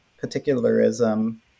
particularism